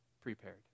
prepared